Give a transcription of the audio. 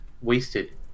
wasted